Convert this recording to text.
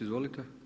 Izvolite.